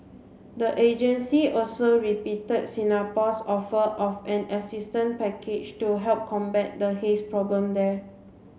the agency also repeated Singapore's offer of an assistant package to help combat the haze problem there